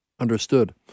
Understood